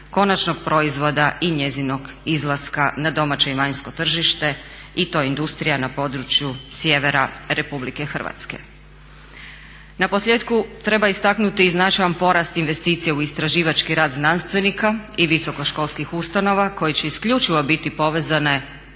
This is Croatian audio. konačnog proizvoda i njezinog izlaska na domaće i vanjsko tržište i to industrija na području sjevera Republike Hrvatske. Naposljetku treba istaknuti i značajan porast investicija u istraživački rad znanstvenika i visokoškolskih ustanova koje će isključivo biti povezane,